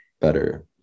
better